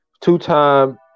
Two-time